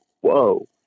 whoa